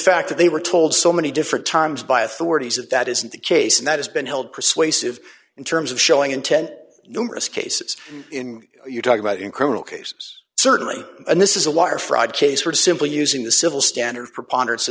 fact that they were told so many different times by authorities that that isn't the case and that has been held persuasive in terms of showing intent numerous cases in your talk about in criminal cases certainly and this is a wire fraud case for simply using the civil standard